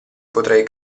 potrai